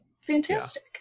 fantastic